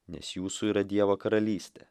nes jūsų yra dievo karalystė